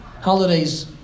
holidays